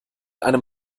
einem